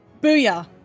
Booyah